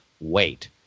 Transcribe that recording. wait